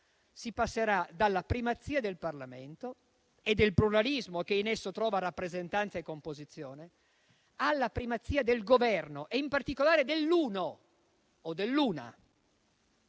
si passerà dalla primazia del Parlamento e del pluralismo, che in esso trova rappresentanza e composizione, alla primazia del Governo e in particolare dell'uno o dell'una;